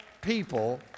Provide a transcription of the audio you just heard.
people